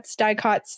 dicots